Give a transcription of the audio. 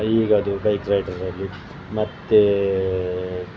ಈಗಿಂದು ಬೈಕ್ ರೈಡರಲ್ಲಿ ಮತ್ತು